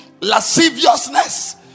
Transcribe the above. Lasciviousness